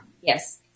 Yes